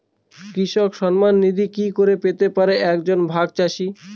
কৃষক সন্মান নিধি কি করে পেতে পারে এক জন ভাগ চাষি?